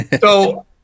So-